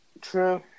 True